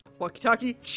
Walkie-talkie